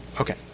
Okay